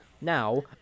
Now